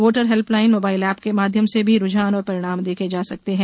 voter helpline mobile app के माध्यंम से भी रूझान और परिणाम देखे जा सकेते हैं